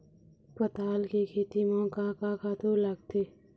पताल के खेती म का का खातू लागथे?